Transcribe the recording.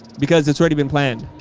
because it's already been planned.